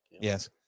Yes